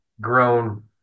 grown